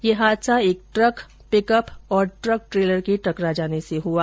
यह हादसा एक ट्रक पिकअप और ट्रक ट्रेलर के टकरा जाने से हुआ